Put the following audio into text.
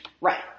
right